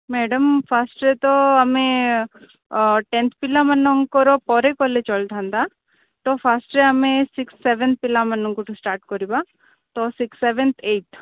madam ଫାଷ୍ଟ୍ରେ ତ ଆମେ ଟେନ୍ଥ୍ ପିଲାମାନଙ୍କର ପରେ କଲେ ଚଳିଥାନ୍ତା ତ ଫାଷ୍ଟ୍ରେ ଆମେ ସିକ୍ସ୍ ସେଭେନ୍ ପିଲାମାନଙ୍କୁଠୁ ଷ୍ଟାର୍ଟ କରିବା ତ ସିକ୍ସ୍ ସେଭେନ୍ଥ୍ ଏଇଟ୍